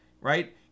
right